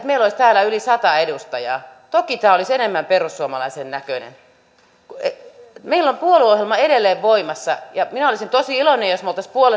meillä olisi täällä yli sata edustajaa toki tämä olisi enemmän perussuomalaisen näköinen meillä on puolueohjelma edelleen voimassa ja minä olisin tosi iloinen jos me olisimme yhdessä